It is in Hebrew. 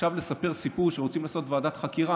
עכשיו לספר סיפור שרוצים לעשות ועדת חקירה,